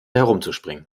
herumzuspringen